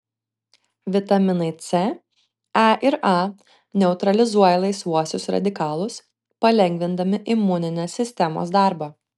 vitaminai c e ir a neutralizuoja laisvuosius radikalus palengvindami imuninės sistemos darbą